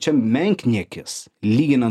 čia menkniekis lyginan